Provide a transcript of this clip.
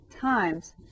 times